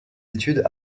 études